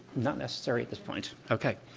not necessary at this point. okay.